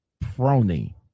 Prony